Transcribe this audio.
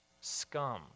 scum